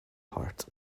heart